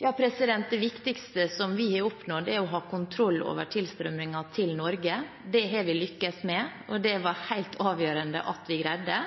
Det viktigste vi har oppnådd, er å ha kontroll over tilstrømningen til Norge. Det har vi lyktes med, og det var det helt avgjørende at vi greide.